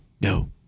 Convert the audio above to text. No